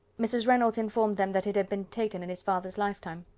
mrs. reynolds informed them that it had been taken in his father's lifetime.